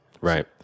Right